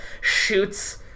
shoots